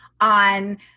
on